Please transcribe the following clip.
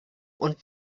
und